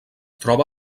troba